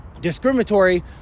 discriminatory